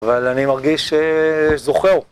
אבל אני מרגיש ש... זוכר.